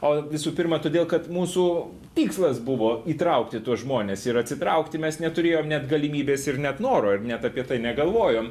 o visų pirma todėl kad mūsų tikslas buvo įtraukti tuos žmones ir atsitraukti mes neturėjom net galimybės ir net noro ir net apie tai negalvojom